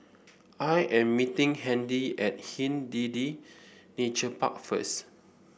I am meeting Handy at Hindhede Nature Park first